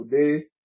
today